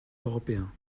européen